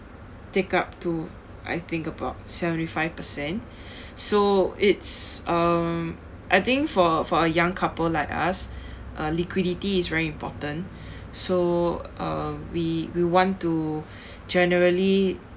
take up to I think about seventy-five percent so it's um I think for for a young couple like us uh liquidity is very important so uh we we want to generally